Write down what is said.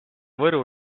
võru